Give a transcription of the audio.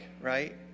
right